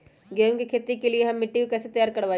गेंहू की खेती के लिए हम मिट्टी के कैसे तैयार करवाई?